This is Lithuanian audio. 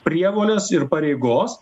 prievolės ir pareigos